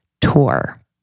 tour